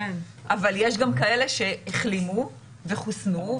אבל יש גם כאלה שהחלימו וחוסנו.